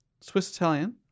Swiss-Italian